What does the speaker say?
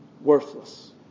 worthless